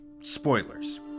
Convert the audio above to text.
spoilers